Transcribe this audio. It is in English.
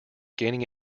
gaining